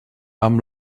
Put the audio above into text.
amb